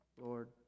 Lord